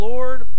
Lord